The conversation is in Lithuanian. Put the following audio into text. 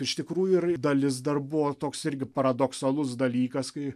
iš tikrųjų ir dalis dar buvo toks irgi paradoksalus dalykas kai